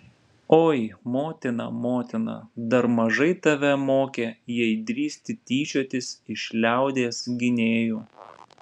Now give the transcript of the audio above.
oi motina motina dar mažai tave mokė jei drįsti tyčiotis iš liaudies gynėjų